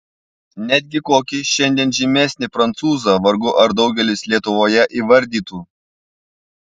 netgi kokį šiandien žymesnį prancūzą vargu ar daugelis lietuvoje įvardytų